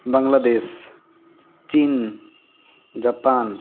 Bangladesh China Japan